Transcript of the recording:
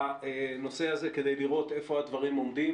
לתחילת ספטמבר בנושא הזה כדי לראות היכן הדברים עומדים